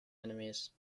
enemies